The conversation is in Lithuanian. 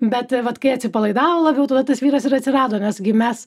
bet vat kai atsipalaidavo labiau tada tas vyras ir atsirado nes gi mes